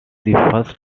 first